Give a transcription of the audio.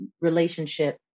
relationship